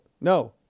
No